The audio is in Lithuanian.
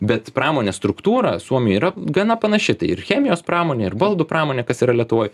bet pramonės struktūra suomijoj yra gana panaši ir chemijos pramonė ir baldų pramonė kas yra lietuvoj